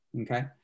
Okay